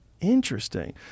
Interesting